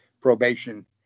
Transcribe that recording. probation